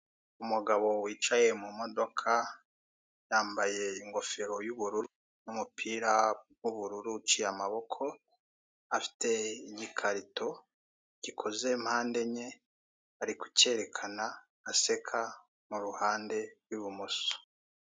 Umugabo wicaye mumudoka yambaye ingofero y'ubururu n'umupira w'ubururu uciye amaboko afite igikarito gikoze mande enye ari kucyerekana aseka muruhande rw'ibumoso.